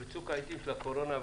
ובצוק העיתים של הקורונה,